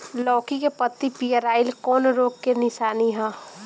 लौकी के पत्ति पियराईल कौन रोग के निशानि ह?